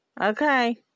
Okay